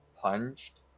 punched